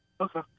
okay